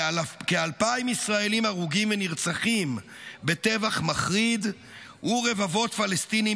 כאלפיים ישראלים הרוגים ונרצחים בטבח מחריד ורבבות פלסטינים